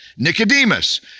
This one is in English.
Nicodemus